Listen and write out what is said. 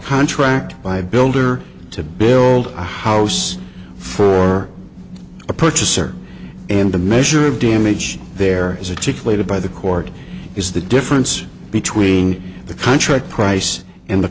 contract by a builder to build a house for a purchaser and the measure of damage there is a trick laid by the court is the difference between the contract price and the